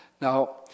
Now